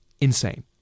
insane